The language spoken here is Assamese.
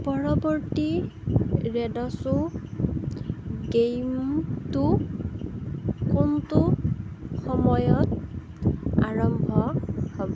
পৰৱৰ্তী ৰেডচো গেইমটো কোনটো সময়ত আৰম্ভ হব